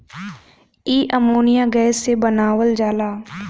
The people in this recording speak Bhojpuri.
इ अमोनिया गैस से बनावल जाला